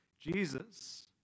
Jesus